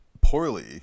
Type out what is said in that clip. poorly